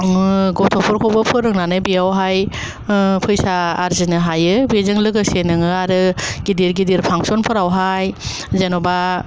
नोङो गथ'फोरखौबो फोरोंनानै बेयावहाय ओ फैसा आरजिनो हायो बेजों लोगोसे नोङो आरो गिदिर गिदिर फांसनफोरावहाय जेन'बा